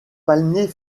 palmier